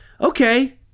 Okay